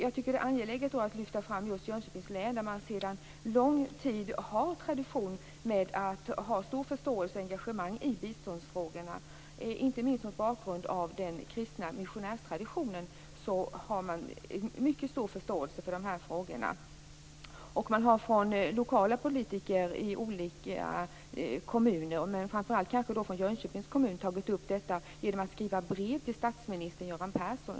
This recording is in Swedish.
Det är angeläget att lyfta fram just Jönköpings län. Där har man sedan en lång tid en tradition när det gäller detta. Det finns en stor förståelse för och ett stort engagemang i biståndsfrågorna. Inte minst mot bakgrund av den kristna missionärstraditionen har man en mycket stor förståelse för de här frågorna. Jönköpings kommun, har skrivit ett brev om detta till statsminister Göran Persson.